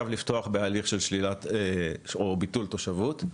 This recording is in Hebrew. בהליך של ביטול תושבות.